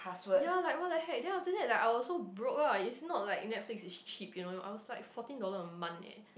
ya like what I had then after that I was so broke lah it's not like Netflix is cheap you know you outside fourteen dollar a month leh